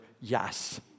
yes